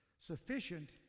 Sufficient